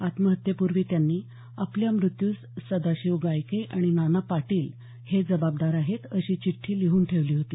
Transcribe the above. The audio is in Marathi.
आत्महत्येपूर्वी त्यांनी आपल्या मृत्यूस सदाशिव गायके आणि नाना पाटील हेच जबाबदार आहेत अशी चिट्ठी लिहून ठेवली होती